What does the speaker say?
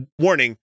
warning